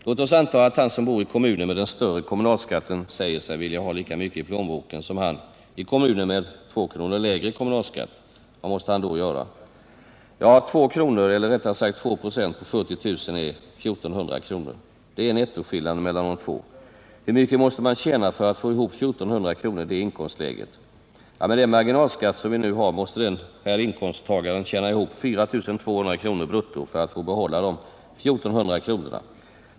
Låt oss anta att han som bor i kommunen med den större kommunalskatten säger sig vilja ha lika mycket i plånboken som han i kommunen med två kronor lägre kommunalskatt. Vad måste han då göra? Två kronor eller, rättare sagt, 2 26 på 70000 kr. är 1400 kr. Det är nettoskillnaden mellan de två. Hur mycket måste man tjäna för att få ihop 1400 kr. i det inkomstläget? Med den marginalskatt vi nu har måste den här inkomsttagaren tjäna ihop 4 200 kr. brutto för att få behålla de 1 400 kronorna.